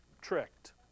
tricked